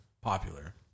popular